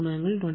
81 angle 21